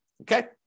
okay